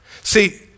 See